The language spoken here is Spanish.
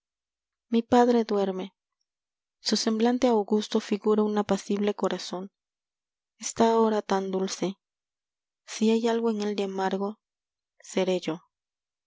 mi padre duerme su semblante augusto figura un apacible corazón está ahora tan dulce si hay algo en él de amargo seré yo